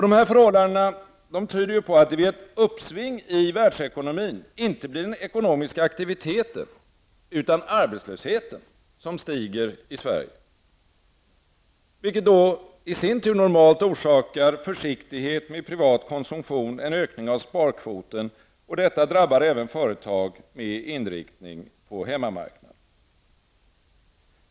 Dessa förhållanden tyder på att det vid ett uppsving i världsekonomin inte blir den ekonomiska aktiviteten, utan arbetslösheten som stiger i Sverige, vilket normalt orsakar försiktighet med inriktning på hemmamarknaden.